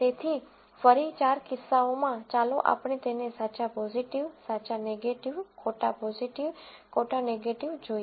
તેથી ફરી ચાર કિસ્સાઓમાં ચાલો આપણે તેને સાચા પોઝીટિવ સાચા નેગેટીવ ખોટા પોઝીટિવ ખોટા નેગેટીવ જોઈએ